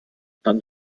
dann